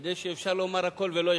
כדי שיהיה אפשר לומר הכול ולא יכאב.